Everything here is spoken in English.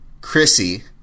Chrissy